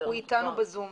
הוא איתנו בזום.